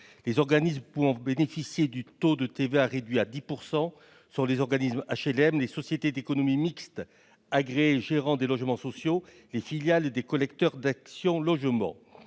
Les organismes pouvant bénéficier du taux de TVA réduit à 10 % sont les organismes HLM, les sociétés d'économie mixte agréées gérant des logements sociaux, les filiales des collecteurs d'Action Logement.